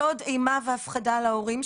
לא עוד אימה והפחדה להורים,